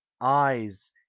eyes